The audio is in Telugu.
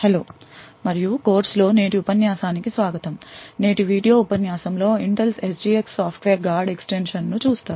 హలో మరియు కోర్సులో నేటి ఉపన్యాసానికి స్వాగతం నేటి వీడియో ఉపన్యాసం లో Intels SGX సాఫ్ట్వేర్ గార్డ్ ఎక్స్టెన్షన్స్ను చూస్తారు